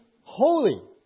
holy